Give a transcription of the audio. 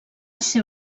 ser